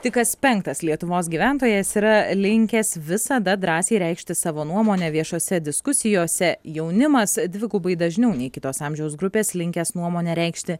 tik kas penktas lietuvos gyventojas yra linkęs visada drąsiai reikšti savo nuomonę viešose diskusijose jaunimas dvigubai dažniau nei kitos amžiaus grupės linkęs nuomonę reikšti